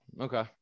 Okay